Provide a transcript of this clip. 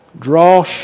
Draw